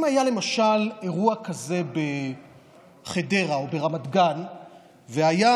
אם היה למשל אירוע כזה בחדרה או ברמת גן והיה